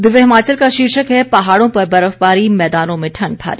दिव्य हिमाचल का शीर्षक है पहाड़ों पर बर्फबारी मैदानों में ठंड भारी